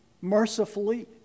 mercifully